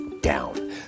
down